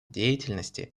деятельности